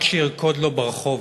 רק שירקוד לו ברחוב.